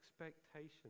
expectations